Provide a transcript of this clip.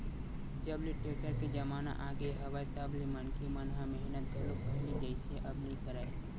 जब ले टेक्टर के जमाना आगे हवय तब ले मनखे मन ह मेहनत घलो पहिली जइसे अब नइ करय